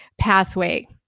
pathway